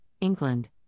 England